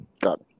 got